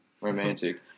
romantic